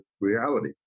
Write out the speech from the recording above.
reality